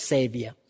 Savior